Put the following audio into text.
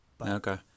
Okay